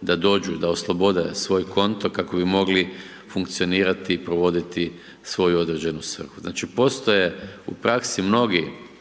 da dođu da oslobode svoj konto kako bi mogli funkcionirati i provoditi svoju određenu svrhu. Znači postoje u praksi mnogi,